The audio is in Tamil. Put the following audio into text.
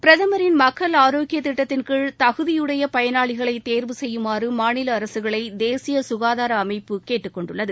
பிரதமின் மக்கள் ஆரோக்கியத் திட்டத்தின் கீழ் தகுதியுடைய பயனாளிகளை தேர்வு செய்யுமாறு மாநில அரசுகளை தேசிய சுகாதார அமைப்பு கேட்டுக் கொண்டுள்ளது